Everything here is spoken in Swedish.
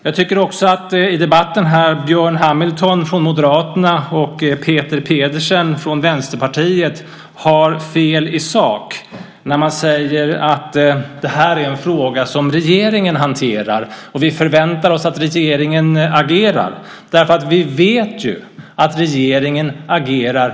Jag tycker också att Björn Hamilton från Moderaterna och Peter Pedersen från Vänsterpartiet har fel i sak i debatten här när de säger att det här är en fråga som regeringen hanterar och att man förväntar sig att regeringen agerar. Vi vet ju att regeringen inte agerar.